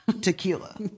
tequila